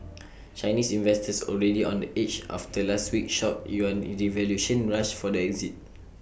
Chinese investors already on the edge after last week's shock yuan devaluation rushed for the exit